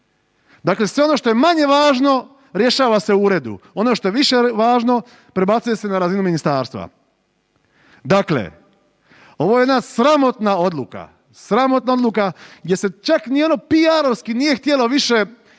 Dakle sve ono što je manje važno, rješava se u uredu, ono što se više važno, prebacuje se na razinu ministarstva. Dakle, ovo je jedna sramotna odluka, sramotna odluka, gdje se čak ni ono PR-ovski nije htjelo više